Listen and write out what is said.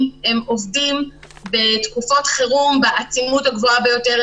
עובדים בתקופות חירום בעצימות הגבוהה ביותר,